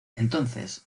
entonces